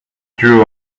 drew